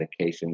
medications